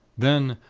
then,